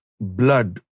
blood